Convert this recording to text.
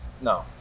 No